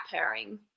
purring